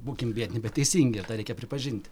būkim biedni bet teisingi tą reikia pripažinti